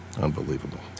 Unbelievable